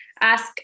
ask